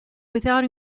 without